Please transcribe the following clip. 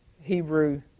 Hebrew